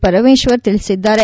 ಪರಮೇಶ್ವರ್ ತಿಳಿಸಿದ್ದಾರೆ